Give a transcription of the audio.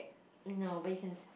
no but you can